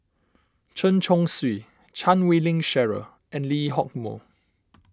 Chen Chong Swee Chan Wei Ling Cheryl and Lee Hock Moh